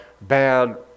bad